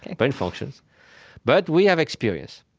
brain functions but we have experience.